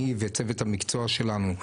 אני וצוות המקצוע שלנו,